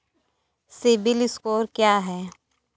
CIBIL score क्या है?